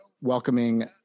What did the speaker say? welcoming